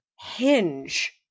hinge